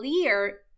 clear